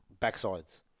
backsides